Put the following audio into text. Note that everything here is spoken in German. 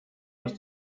muss